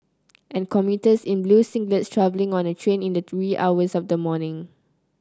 and commuters in blue singlets travelling on a train in the wee hours of the morning